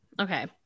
Okay